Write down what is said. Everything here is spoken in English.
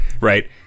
Right